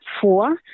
four